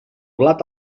blat